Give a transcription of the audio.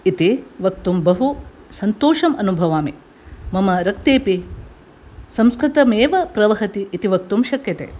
इति वक्तुं बहु सन्तोषम् अनुभवामि मम रक्तेपि संस्कृतमेव प्रवहति इति वक्तुं शक्यते